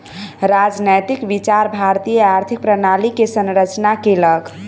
राजनैतिक विचार भारतीय आर्थिक प्रणाली के संरचना केलक